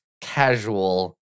casual